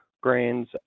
grains